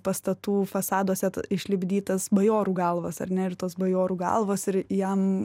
pastatų fasaduose išlipdytas bajorų galvas ar ne ir tos bajorų galvos ir jam